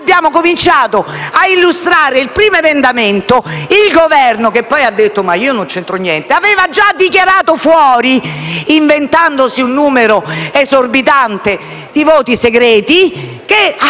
abbiamo cominciato a illustrare il primo emendamento, il Governo - che poi ha detto che non c'entrava nulla - aveva già dichiarato fuori, inventandosi un numero esorbitante di voti segreti, che